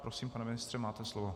Prosím, pane ministře, máte slovo.